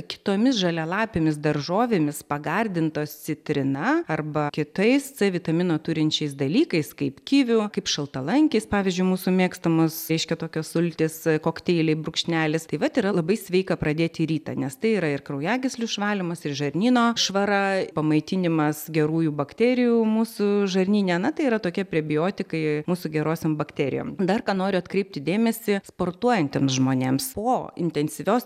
kitomis žalialapėmis daržovėmis pagardintos citrina arba kitais c vitamino turinčiais dalykais kaip kivių kaip šaltalankiais pavyzdžiui mūsų mėgstamos reiškia tokios sultys kokteiliai brūkšnelis taip pat yra labai sveika pradėti rytą nes tai yra ir kraujagyslių išvalymas ir žarnyno švara pamaitinimas gerųjų bakterijų mūsų žarnyne na tai yra tokie prebiotikai mūsų gerosiom bakterijom dar ką noriu atkreipti dėmesį sportuojantiems žmonėms po intensyvios